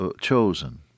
chosen